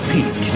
Peak